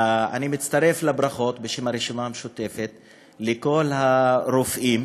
אני מצטרף לברכות בשם הרשימה המשותפת לכל הרופאים,